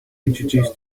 introduce